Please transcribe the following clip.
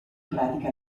pratica